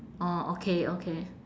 orh okay okay